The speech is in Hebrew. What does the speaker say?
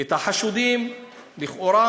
את החשודים לכאורה,